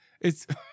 It's-